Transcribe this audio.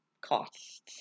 costs